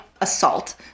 assault